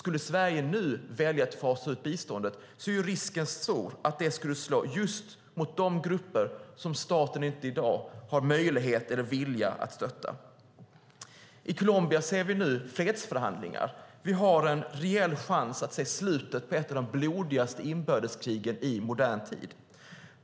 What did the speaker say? Väljer Sverige att fasa ut biståndet är risken stor att det slår mot just de grupper som staten i dag inte har möjlighet eller vilja att stötta. I Colombia pågår fredsförhandlingar. Vi har en reell chans att se slutet på ett av de blodigaste inbördeskrigen i modern tid.